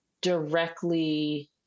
directly